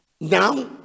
now